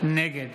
נגד